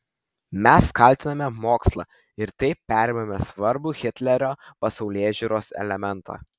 mes kaltiname mokslą ir taip perimame svarbų hitlerio pasaulėžiūros elementą